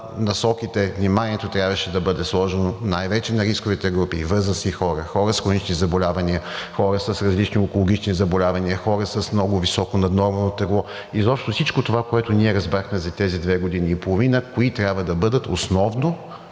насоките, вниманието трябваше да бъде сложено най-вече на рисковите групи – възрастни хора, хора с хронични заболявания, хора с различни онкологични заболявания, хора с много високо наднормено тегло. Изобщо всичко това, което ние разбрахме за тези две години и половина, кои трябва да бъдат основно